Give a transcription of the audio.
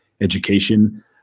education